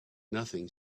nothing